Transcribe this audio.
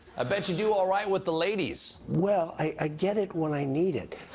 ah bet you do all right with the ladies. well, i get it when i need it.